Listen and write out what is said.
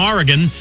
Oregon